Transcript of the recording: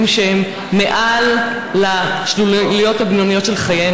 עכשיו ניתן לשניים מאלה שפעלו בחוק להגיד